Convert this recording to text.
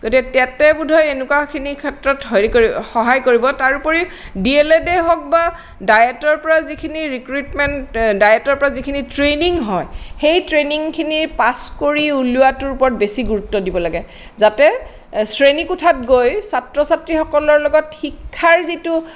গতিকো টেটে বোধহয় এনেকুৱাখিনি ক্ষেত্ৰত হেৰি কৰিব সহায় কৰিব তাৰোপৰি ডি এল এডেই হওক বা ডায়েটৰ পৰা যিখিনি ৰিকুইটমেন্ট ডায়েটৰ পৰা যিখিনি ট্ৰেইনিং হয় সেই ট্ৰেইনিঙখিনিৰ পাছ কৰি ওলোৱাটোৰ ওপৰত বেছি গুৰুত্ব দিব লাগে যাতে শ্ৰেণী কোঠাত গৈ ছাত্ৰ ছাত্ৰীসকলৰ লগত শিক্ষাৰ যিটো